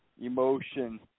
emotion